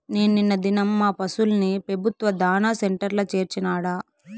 నేను నిన్న దినం మా పశుల్ని పెబుత్వ దాణా సెంటర్ల చేర్చినాడ